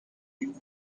you